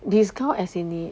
discount as in 你